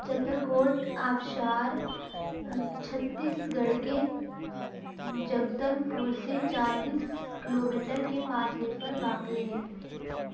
چترکوٹ آبشار چھتیس گڑھ کے جگدل پور سے چالیس کلو میٹر کے فاصلے پر واقع ہے